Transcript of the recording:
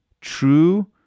True